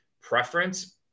preference